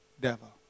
devil